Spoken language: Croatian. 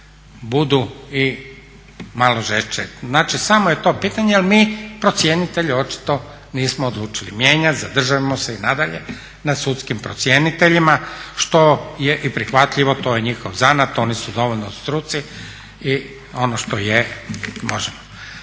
budu i malo žešće. Znači samo je to pitanje ali mi procjenitelje očito nismo odlučili mijenjati, zadržavamo se i nadalje na sudskim procjeniteljima što je i prihvatljivo, to je njihov zanat, oni su dovoljno u struci i ono što je možemo.